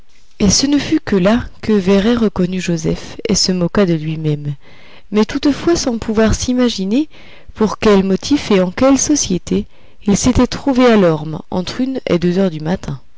et ce ne fut que là que véret reconnut joseph et se moqua de lui-même mais toutefois sans pouvoir s'imaginer pour quel motif et en quelle société il s'était trouvé à l'orme entre une et deux heures du matin